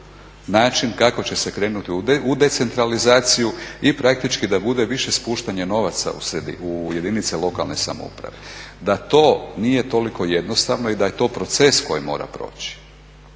način kako će se krenuti u decentralizaciju i praktički da bude više spuštanja novaca u jedinice lokalne samouprave. Da to nije toliko jednostavno i da je to proces koji mora proći